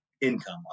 income